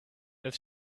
als